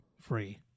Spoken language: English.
free